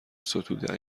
ستوده